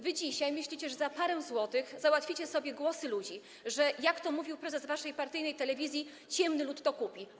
Wy dzisiaj myślicie, że za parę złotych załatwicie sobie głosy ludzi, że, jak to mówił prezes waszej partyjnej telewizji, ciemny lud to kupi.